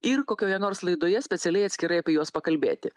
ir kokioje nors laidoje specialiai atskirai apie juos pakalbėti